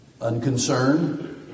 unconcerned